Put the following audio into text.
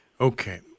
Okay